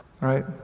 right